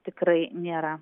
tikrai nėra